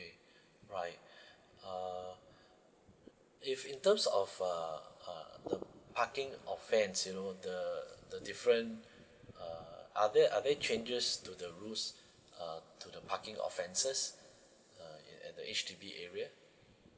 right uh if in terms of uh uh the parking offense you know the the different uh are there are there changes to the rules to the parking offenses uh in at the H_D_B area